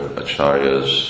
acharyas